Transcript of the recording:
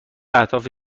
اهداف